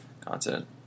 content